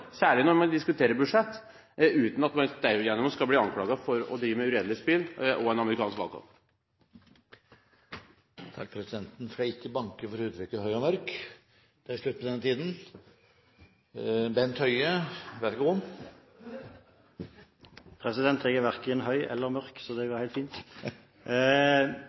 særlig når man diskuterer budsjett, uten at man derigjennom skal bli anklaget for å drive med uredelig spill og en amerikansk valgkamp. Presidenten skal ikke banke for uttrykket «høy og mørk». Det er slutt på den tiden! Representanten Bent Høie